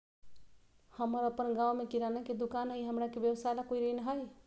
हमर अपन गांव में किराना के दुकान हई, हमरा के व्यवसाय ला कोई ऋण हई?